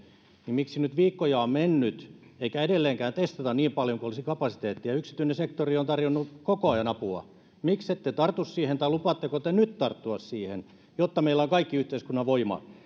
niin miksi nyt viikkoja on mennyt eikä edelleenkään testata niin paljon kuin olisi kapasiteettia yksityinen sektori on tarjonnut koko ajan apua miksette tartu siihen tai lupaatteko te nyt tarttua siihen jotta meillä on kaikki yhteiskunnan voima